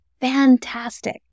fantastic